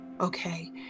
Okay